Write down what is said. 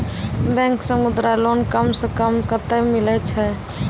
Bank से Mudra loan कम सऽ कम कतैय मिलैय छै?